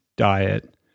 diet